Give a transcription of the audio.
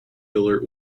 alert